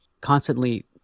constantly